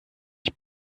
ich